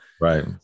Right